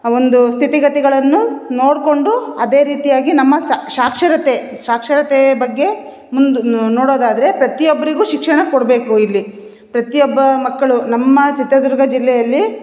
ಒಂದು ಸ್ಥಿತಿ ಗತಿಗಳನ್ನು ನೋಡಿಕೊಂಡು ಅದೇ ರೀತಿಯಾಗಿ ನಮ್ಮ ಸ ಸಾಕ್ಷರತೆ ಸಾಕ್ಷರತೆಯ ಬಗ್ಗೆ ಮುಂದು ನೋಡೋದಾದರೆ ಪ್ರತಿಯೊಬ್ಬರಿಗೂ ಶಿಕ್ಷಣ ಕೊಡಬೇಕು ಇಲ್ಲಿ ಪ್ರತಿಯೊಬ್ಬ ಮಕ್ಕಳು ನಮ್ಮ ಚಿತ್ರದುರ್ಗ ಜಿಲ್ಲೆಯಲ್ಲಿ